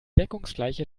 deckungsgleiche